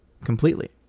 Completely